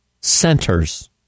Centers